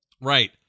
Right